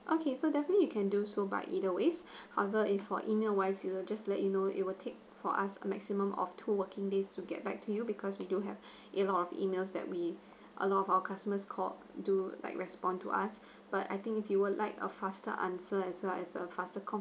okay so definitely you can do so by either ways however if for email wise we'll just let you know it will take for us a maximum of two working days to get back to you because we do have a lot of emails that we a lot of our customers called do like response to us but I think if you would like a faster answer as well as a faster